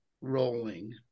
rolling